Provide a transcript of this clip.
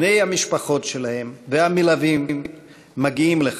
בני המשפחות שלהם והמלווים מגיעים לכאן.